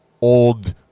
old